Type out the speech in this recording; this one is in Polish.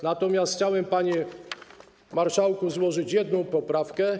Natomiast chciałbym, panie marszałku, złożyć jedną poprawkę.